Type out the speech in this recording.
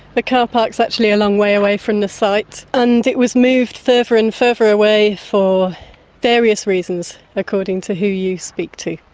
the car park is actually a long way away from the site and it was moved further and further away for various reasons, according to who you speak to.